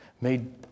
made